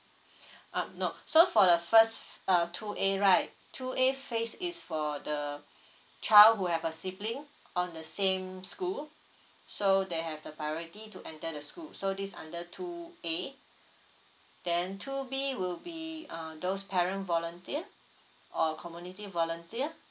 um no so for the first uh two A right two A phase is for the child who have a sibling on the same school so they have the priority to enter the school so this under two A then two B will be um those parent volunteer or community volunteer